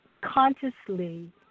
consciously